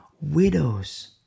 widows